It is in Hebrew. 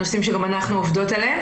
הנושאים שגם אנחנו עובדות עליהן,